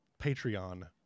Patreon